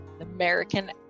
American